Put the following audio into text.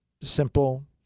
simple